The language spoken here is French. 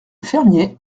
fermier